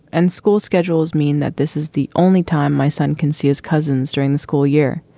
and school schedules mean that this is the only time my son can see his cousins during the school year.